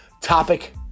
topic